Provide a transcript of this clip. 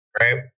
Right